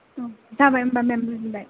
औ जाबाय होनबा मेम बुजिबाय